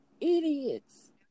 idiots